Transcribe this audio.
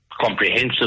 comprehensive